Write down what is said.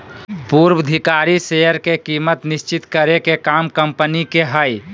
पूर्वधिकारी शेयर के कीमत निश्चित करे के काम कम्पनी के हय